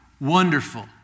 Wonderful